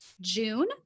June